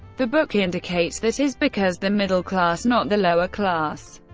the book indicates that is, because the middle class, not the lower class,